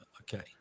Okay